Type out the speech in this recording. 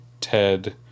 Ted